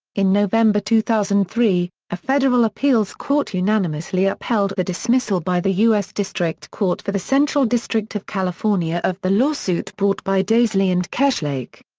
in november two thousand and three, a federal appeals court unanimously upheld the dismissal by the us district court for the central district of california of the lawsuit brought by daisley and kerslake.